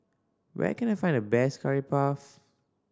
where can I find the best Curry Puff